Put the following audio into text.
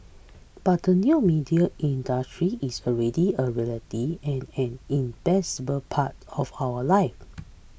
but the new media industry is already a reality and an indispensable part of our live